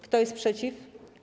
Kto jest przeciw?